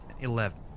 Eleven